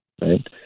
right